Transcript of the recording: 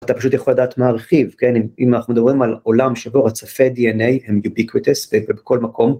אתה פשוט יכול לדעת מה ההרכיב, כן? אם אנחנו מדברים על עולם שבו רצפי די.אן.איי הם ubiquitous ובכל מקום.